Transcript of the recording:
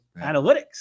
analytics